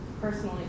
personally